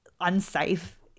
unsafe